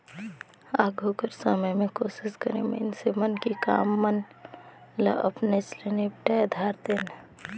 आघु कर समे में कोसिस करें मइनसे मन कि काम मन ल अपनेच ले निपटाए धारतेन